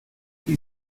die